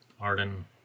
Arden